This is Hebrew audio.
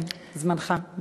כן, זמנך מרגע זה.